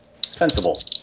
Sensible